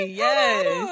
Yes